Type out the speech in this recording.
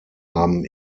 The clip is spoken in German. haben